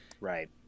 Right